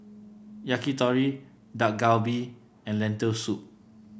Yakitori Dak Galbi and Lentil Soup